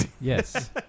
Yes